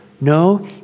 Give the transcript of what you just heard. No